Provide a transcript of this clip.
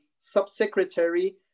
subsecretary